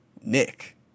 Nick